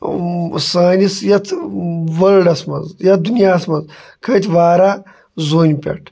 سٲنِس یَتھ وٲلڑَس منٛز یَتھ دُنیاہَس منٛز کھٔتۍ واریاہ زوٗنہِ پٮ۪ٹھ